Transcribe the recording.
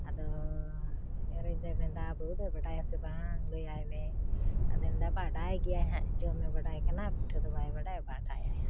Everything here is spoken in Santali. ᱟᱫᱚ ᱦᱚᱧᱦᱟᱨᱤᱧ ᱫᱚᱭ ᱢᱮᱱᱫᱟ ᱵᱟᱹᱦᱩ ᱫᱚᱭ ᱵᱟᱰᱟᱭᱟ ᱥᱮ ᱵᱟᱝ ᱞᱟᱹᱭᱟᱭ ᱢᱮ ᱟᱫᱚᱭ ᱢᱮᱱᱫᱟ ᱵᱟᱰᱟᱭ ᱜᱮᱭᱟᱭ ᱦᱟᱜ ᱦᱚᱢᱮ ᱵᱟᱰᱟᱭ ᱠᱟᱱᱟ ᱯᱤᱴᱷᱟᱹ ᱫᱚ ᱵᱟᱭ ᱵᱟᱰᱟᱭᱟ ᱵᱟᱰᱟᱭᱟᱭ ᱦᱟᱜ